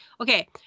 okay